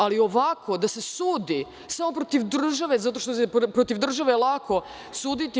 Ali, ovako, da se sudi, samo protiv države, zato što se protiv države lako suditi…